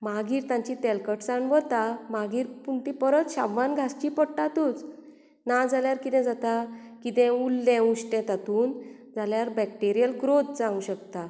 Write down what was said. मागीर तांची तलकटसाण वता मागीर पूण तीं परत शाबवान घांसचीं पडटातूच नाजाल्यार कितें जाता कितेंय उरलें उश्टें तातून जाल्यार बॅक्टेरियल ग्रोथ जावंक शकता